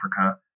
Africa